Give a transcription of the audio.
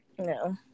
No